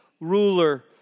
ruler